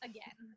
Again